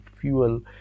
fuel